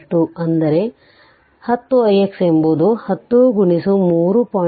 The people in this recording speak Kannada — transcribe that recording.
2 ಅಂದರೆ ಈ 10 ix ಎಂಬುದು 10 3